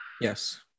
Yes